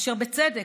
אשר בצדק,